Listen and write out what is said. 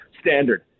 standard